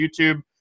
YouTube